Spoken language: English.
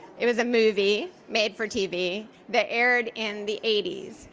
it was a movie made for tv that aired in the eighty s,